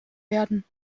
werden